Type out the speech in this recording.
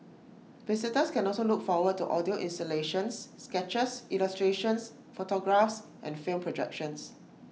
visitors can also look forward to audio installations sketches illustrations photographs and film projections